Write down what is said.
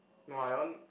no lah that one